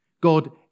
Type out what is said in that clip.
God